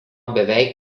beveik